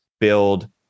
build